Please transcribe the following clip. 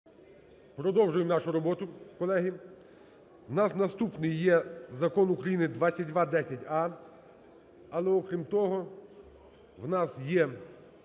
продовжуємо нашу роботу колеги. В нас наступним є Закон України 2210а. Але окрім того в нас є